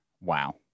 wow